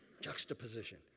Juxtaposition